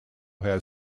had